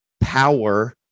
power